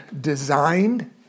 designed